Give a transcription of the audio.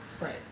Right